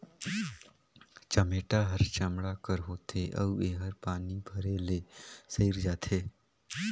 चमेटा हर चमड़ा कर होथे अउ एहर पानी परे ले सइर जाथे